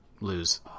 lose